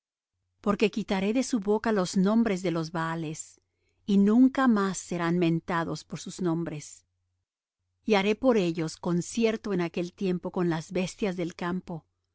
porque quitaré de su boca los nombres de los baales y nunca más serán mentados por sus nombres y haré por ellos concierto en aquel tiempo con las bestias del campo y con las